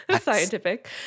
scientific